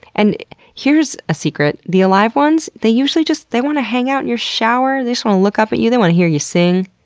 and here's a secret. the alive ones? they usually just want to hang out in your shower. they just wanna look up at you, they wanna hear you sing.